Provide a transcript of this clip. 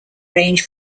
range